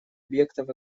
объектов